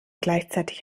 gleichzeitig